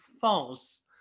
false